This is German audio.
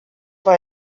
war